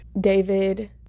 David